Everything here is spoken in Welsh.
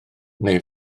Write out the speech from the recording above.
neu